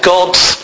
God's